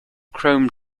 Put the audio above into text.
chrome